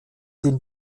den